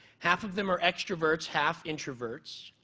half of them are extroverts, half introverts.